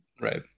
Right